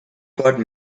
got